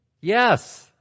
Yes